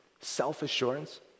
self-assurance